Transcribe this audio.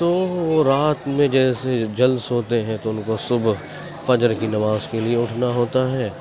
تو وہ رات میں جیسے جلد سوتے ہیں تو ان کو صبح فجر کی نماز کے لیے اٹھنا ہوتا ہے